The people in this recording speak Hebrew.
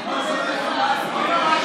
הצעת חוק לפינוי שדות מוקשים (תיקון,